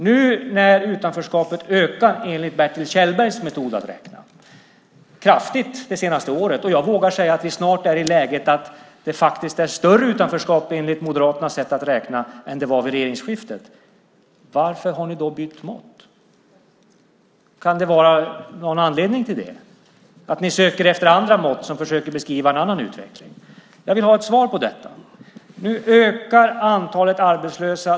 Nu när utanförskapet ökar kraftigt enligt Bertil Kjellbergs räknemetod vågar jag säga att vi snart är i ett läge då utanförskapet är större, enligt Moderaternas sätt att räkna, än vid regeringsskiftet. Varför har ni då bytt mått? Kan det finnas en anledning till det? Kan det vara så att ni söker efter andra mått och försöker beskriva en annan utveckling? Jag vill ha svar på det. Nu ökar antalet arbetslösa.